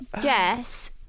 Jess